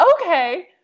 okay